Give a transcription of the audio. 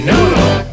Noodle